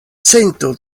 cento